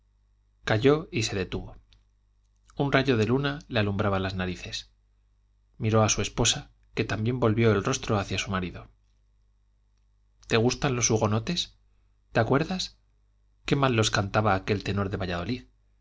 calló y se detuvo un rayo de luna le alumbraba las narices miró a su esposa que también volvió el rostro hacia su marido te gustan los hugonotes te acuerdas qué mal los cantaba aquel tenor de valladolid